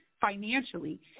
financially